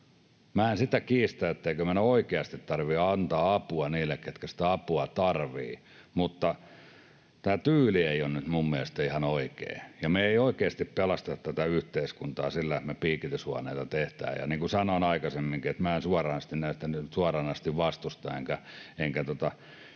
en sitä kiistä, etteikö meidän oikeasti tarvitse antaa apua niille, ketkä sitä apua tarvitsevat, mutta tämä tyyli ei ole nyt minun mielestäni ihan oikein. Me ei oikeasti pelasteta tätä yhteiskuntaa sillä, että me piikityshuoneita tehdään. Ja niin kuin sanoin aikaisemminkin, minä en näitä suoranaisesti vastusta, enkä